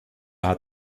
hat